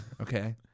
okay